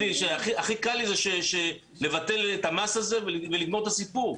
הכי קל לי לבטל את המס הזה ולגמור את הסיפור.